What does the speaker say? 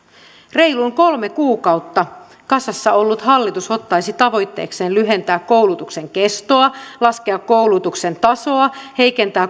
reilun kolme kuukautta kasassa ollut hallitus ottaisi tavoitteekseen lyhentää koulutuksen kestoa laskea koulutuksen tasoa heikentää